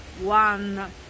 one